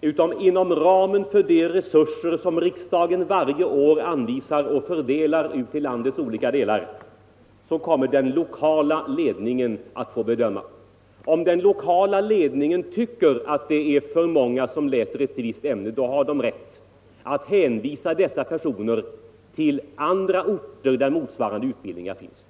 utan inom ramen för de resurser som riksdagen varje år anvisar och fördelar på landets olika delar kommer den lokala ledningen att få göra bedömningen. Om den lokala ledningen tycker att det är för många som läser ett visst ämne har den rätt att hänvisa dessa personer till andra orter där motsvarande utbildning finns.